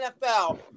NFL